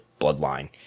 bloodline